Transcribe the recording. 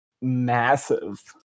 massive